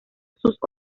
sus